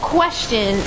question